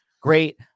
Great